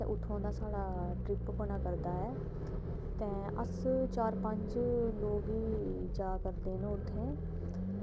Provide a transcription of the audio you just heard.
ते इत्थुआं दा साढ़ा ट्रिप बना करदा ऐ ते अस चार पंज लोग गै जा'रदे न उत्थै